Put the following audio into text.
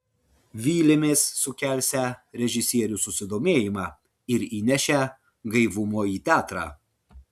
vylėmės sukelsią režisierių susidomėjimą ir įnešią gaivumo į teatrą